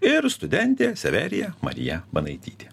ir studentė severija marija banaitytė